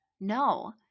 No